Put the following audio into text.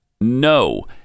No